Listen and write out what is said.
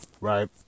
right